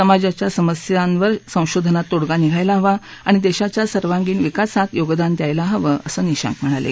समाजाच्या समस्यांवर संशोधनात तोडगा निघायला हवा आणि देशाच्या सर्वांगीण विकासात योगदान द्यायला हवं असं निशांक म्हणाले